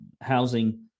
housing